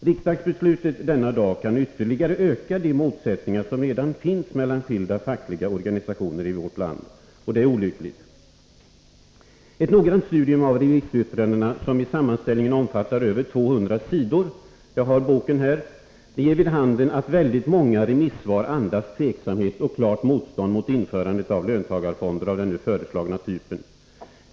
Riksdagsbeslutet denna dag kan ytterligare öka de motsättningar som redan finns mellan skilda fackliga organisationer i vårt land. Det är olyckligt. Ett noggrant studium av remissyttrandena, som i sammanställningen — en hel bok — omfattar över 200 sidor, ger vid handen att väldigt många remissvar andas tveksamhet och klart motstånd mot införandet av löntagarfonder av den nu föreslagna typen.